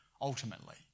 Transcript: ultimately